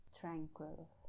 tranquil